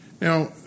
Now